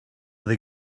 they